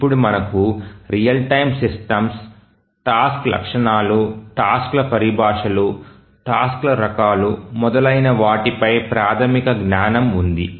ఇప్పుడు మనకు real time systems task లక్షణాలు టాస్క్ ల పరిభాషలు టాస్క్ ల రకాలు మొదలైన వాటి పై ప్రాథమిక జ్ఞానం ఉంది